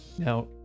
Now